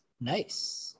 nice